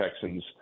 Texans